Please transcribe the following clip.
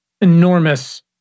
enormous